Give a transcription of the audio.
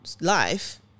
life